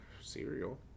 Cereal